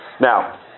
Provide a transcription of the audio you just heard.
Now